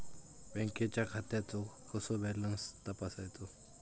बँकेच्या खात्याचो कसो बॅलन्स तपासायचो?